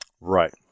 Right